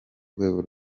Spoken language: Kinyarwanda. rwego